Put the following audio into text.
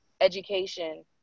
education